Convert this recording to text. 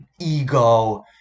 ego